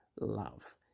love